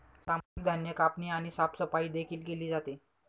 सामूहिक धान्य कापणी आणि साफसफाई देखील केली जाते